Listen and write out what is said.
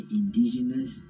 indigenous